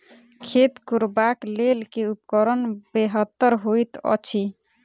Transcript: खेत कोरबाक लेल केँ उपकरण बेहतर होइत अछि?